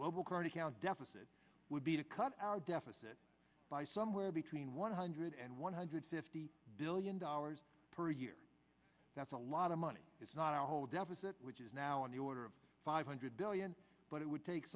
global current account deficit would be to cut our deficit by somewhere between one hundred and one hundred fifty billion dollars per year that's a lot of money it's not a whole deficit which is now on the order of five hundred billion but it would take